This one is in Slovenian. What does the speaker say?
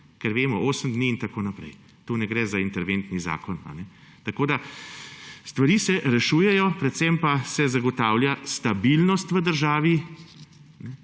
ker vemo 8 dni in tako naprej, tu ne gre za interventni zakon. Tako da stvari se rešujejo, predvsem pa se zagotavlja stabilnost v državi.